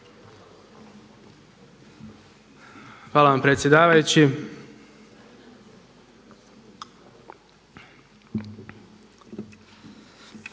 Hvala vam predsjedavajući.